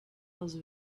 was